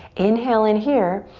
inhale in here.